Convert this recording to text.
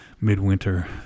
midwinter